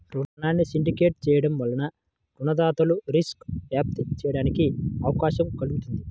రుణాన్ని సిండికేట్ చేయడం వలన రుణదాతలు రిస్క్ను వ్యాప్తి చేయడానికి అవకాశం కల్గుతుంది